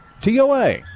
TOA